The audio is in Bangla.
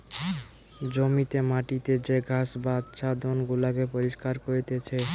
জমিতে মাটিতে যে ঘাস বা আচ্ছাদন গুলাকে পরিষ্কার করতিছে